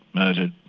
murdered,